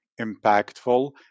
impactful